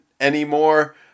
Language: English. anymore